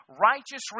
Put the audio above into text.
righteous